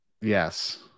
Yes